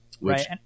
Right